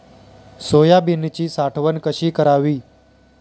सोयाबीनची साठवण कशी करावी?